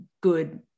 good